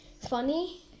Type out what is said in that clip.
funny